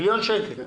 מיליון שקלים.